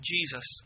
Jesus